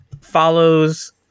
follows